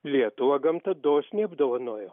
lietuvą gamta dosniai apdovanojo